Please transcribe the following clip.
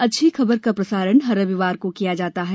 अच्छी खबर का प्रसारण हर रविवार को किया जाता है